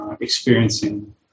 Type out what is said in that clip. experiencing